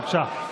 בבקשה.